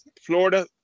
Florida